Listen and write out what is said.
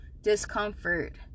discomfort